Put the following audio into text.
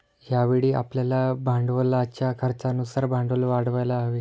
यावेळी आपल्याला भांडवलाच्या खर्चानुसार भांडवल वाढवायला हवे